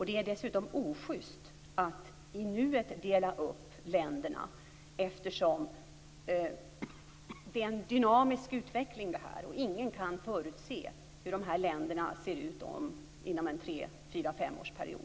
Det är dessutom osjyst att i nuet dela upp länderna. Det är en dynamisk utveckling som pågår. Ingen kan förutse hur det ser ut i dessa länder inom en tre-, fyra eller femårsperiod.